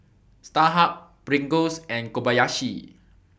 Starhub Pringles and Kobayashi